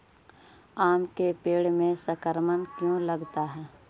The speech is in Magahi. आम के पेड़ में संक्रमण क्यों लगता है?